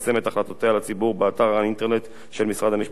לציבור באתר האינטרנט של משרד המשפטים וכן בדרכים